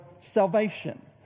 salvation